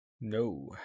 No